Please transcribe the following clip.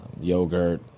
yogurt